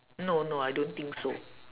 no no I don't think so